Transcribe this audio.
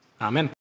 Amen